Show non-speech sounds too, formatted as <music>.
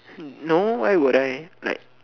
<noise> no why would I like